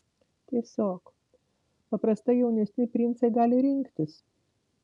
tiesiog paprastai jaunesni princai gali rinktis